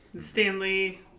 Stanley